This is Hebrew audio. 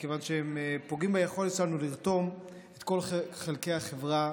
מכיוון שהם פוגעים ביכולת שלנו לרתום את כל חלקי החברה